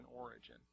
origin